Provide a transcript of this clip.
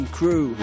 crew